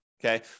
Okay